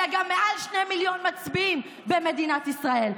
אלא גם מעל שני מיליון מצביעים במדינת ישראל.